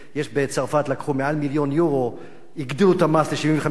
בצרפת לקחו ומעל מיליון יורו הגדילו את המס ל-75%.